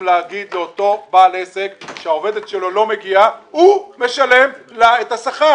לומר לאותו בעל עסק שהעובדת שלו לא מגיעה והוא משלם לה את השכר.